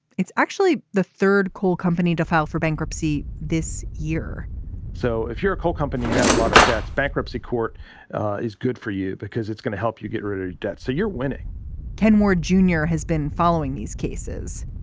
it's actually the third coal company to file for bankruptcy this year so if you're a coal company you have a lot of debts bankruptcy court is good for you because it's going to help you get rid of your debt so you're winning ken moore junior has been following these cases.